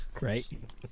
Right